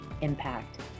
impact